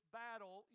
battle